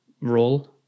role